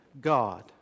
God